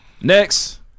Next